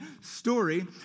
story